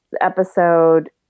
episode